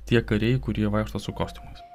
tie kariai kurie vaikšto su kostiumais